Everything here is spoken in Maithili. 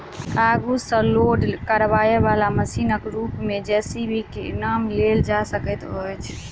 आगू सॅ लोड करयबाला मशीनक रूप मे जे.सी.बी के नाम लेल जा सकैत अछि